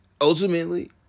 ultimately